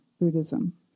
Buddhism